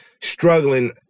struggling